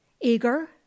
Eager